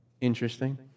Interesting